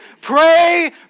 pray